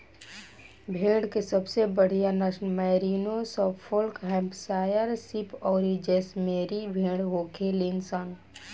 भेड़ के सबसे बढ़ियां नसल मैरिनो, सफोल्क, हैम्पशायर शीप अउरी जैसलमेरी भेड़ होखेली सन